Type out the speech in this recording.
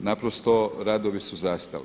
naprosto radovi su zastali.